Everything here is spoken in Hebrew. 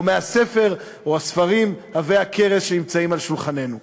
או מהספר או הספרים עבי-הכרס שנמצאים על שולחננו,